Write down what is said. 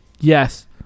Yes